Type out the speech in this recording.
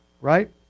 right